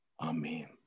Amen